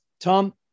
Tom